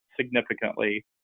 significantly